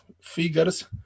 figures